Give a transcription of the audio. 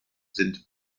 sind